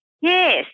Yes